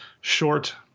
short